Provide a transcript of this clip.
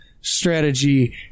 strategy